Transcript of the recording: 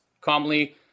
calmly